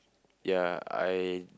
ya I